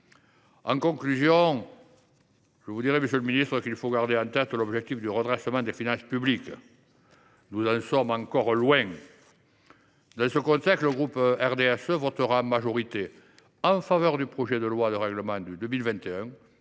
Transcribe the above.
En conclusion, monsieur le ministre, nous devons garder en tête l’objectif du redressement des finances publiques. Nous en sommes encore loin. Dans ce contexte, le groupe du RDSE votera en majorité en faveur du projet de loi de règlement du